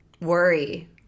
worry